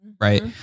Right